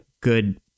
good